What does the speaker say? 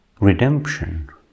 redemption